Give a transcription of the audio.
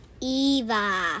Eva